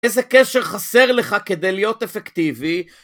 איזה קשר חסר לך כדי להיות אפקטיבי?